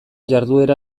jarduera